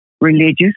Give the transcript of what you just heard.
religious